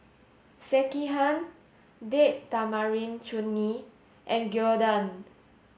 Sekihan Date Tamarind Chutney and Gyudon